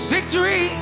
Victory